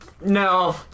No